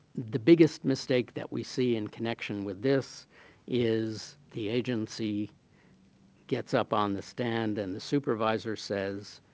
the biggest mistake that we see in connection with this is the agency gets up on the stand and the supervisor says,